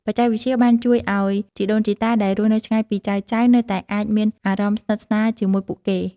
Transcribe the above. បច្ចេកវិទ្យបានជួយឱ្យជីដូនជីតាដែលរស់នៅឆ្ងាយពីចៅៗ នៅតែអាចមានអារម្មណ៍ស្និទ្ធស្នាលជាមួយពួកគេ។